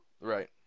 Right